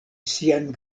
sian